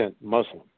Muslim